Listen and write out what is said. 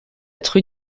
être